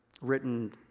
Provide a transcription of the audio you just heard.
written